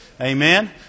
Amen